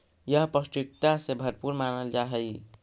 यह पौष्टिकता से भरपूर मानल जा हई